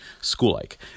school-like